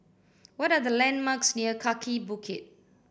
what are the landmarks near Kaki Bukit